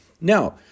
Now